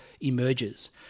emerges